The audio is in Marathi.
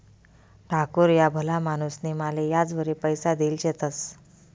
ठाकूर ह्या भला माणूसनी माले याजवरी पैसा देल शेतंस